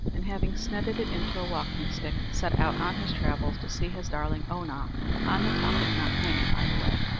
and having snedded it into a walking-stick, set out on his travels to see his darling oonagh on the top of knockmany, by the way.